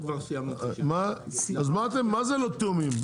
אז מה לא תיאומים?